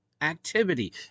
activity